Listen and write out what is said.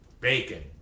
Bacon